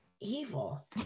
evil